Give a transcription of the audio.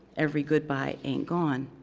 every goodbye ain't gone.